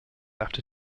after